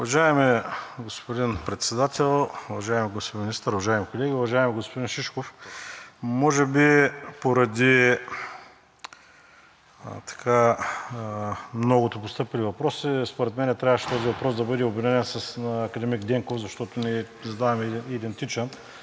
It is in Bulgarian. Уважаеми господин Председател, уважаеми господин Министър, уважаеми колеги! Уважаеми господин Шишков, може би поради многото постъпили въпроси според мен трябваше този въпрос да бъде обединен с този на академик Денков, защото ние задаваме идентичен